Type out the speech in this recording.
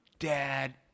dad